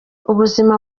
ubuzima